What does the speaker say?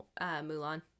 Mulan